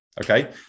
okay